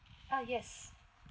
ah yes